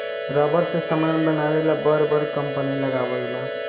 rubber से समान बनावे ला बर बर कंपनी लगावल बा